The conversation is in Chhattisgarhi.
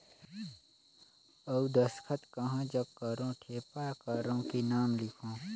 अउ दस्खत कहा जग करो ठेपा करो कि नाम लिखो?